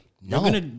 no